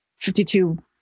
52